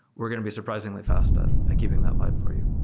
we're going to be surprisingly fast at giving that live for you.